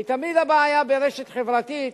כי תמיד הבעיה ברשת חברתית,